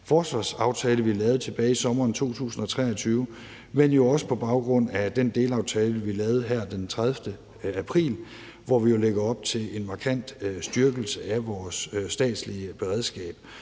forsvarsaftale, vi lavede tilbage i sommeren 2023, men også på baggrund af den delaftale, vi lavede her den 30. april, hvor vi jo lægger op til en markant styrkelse af vores statslige beredskab.